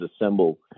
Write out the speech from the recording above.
assemble